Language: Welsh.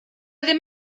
ddim